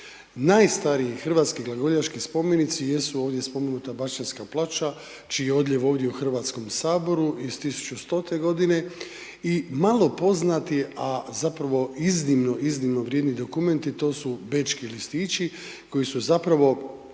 Najstariji hrvatski glagoljaški spomenici jesu ovdje spomenuta Baščanska ploča čiji je odljev ovdje u Hrvatskom saboru iz 1100. g. i malo poznati a zapravo iznimno, iznimno vrijedni dokumenti, to su Bečki listići koji su zapravo